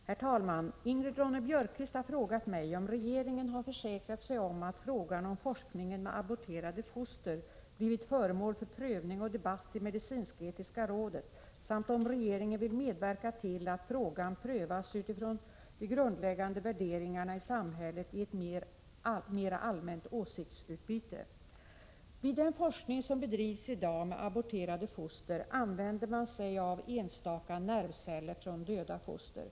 Herr talman! Ingrid Ronne-Björkqvist har frågat mig om regeringen har försäkrat sig om att frågan om forskningen med aborterade foster blivit föremål för prövning och debatt i medicinsk-etiska rådet samt om regeringen vill medverka till att frågan prövas utifrån de grundläggande värderingarna i samhället i ett mera allmänt åsiktsutbyte. Vid den forskning som bedrivs i dag med aborterade foster använder man sig av enstaka nervceller från döda foster.